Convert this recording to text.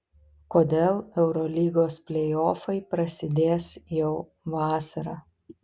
kodėl eurolygos pleiofai prasidės jau vasarą